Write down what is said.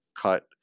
cut